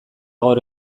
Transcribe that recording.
gaur